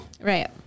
right